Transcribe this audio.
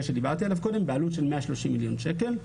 שדיברתי עליו קודם בעלות של 130 מיליון שקל.